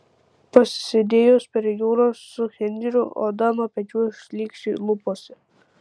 pasisėdėjus prie jūros su henriu oda nuo pečių šlykščiai luposi